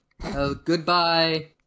Goodbye